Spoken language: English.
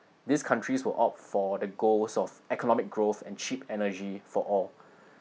these countries will opt for the goals of economic growth and cheap energy for all